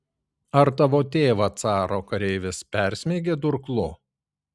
ar tavo tėvą caro kareivis persmeigė durklu